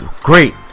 Great